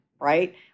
right